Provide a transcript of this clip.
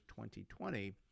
2020